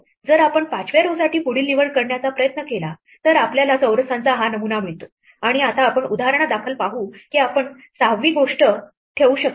जर आपण 5 व्या row साठी पुढील निवड करण्याचा प्रयत्न केला तर आपल्याला चौरसांचा हा नमुना मिळतो आणि आता आपण उदाहरणादाखल पाहू की आपण 6 वी गोष्ट ठेवू शकत नाही